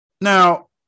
Now